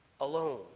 alone